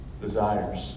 desires